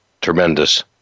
Tremendous